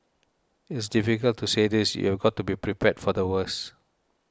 it's difficult to say this you've got to be prepared for the worst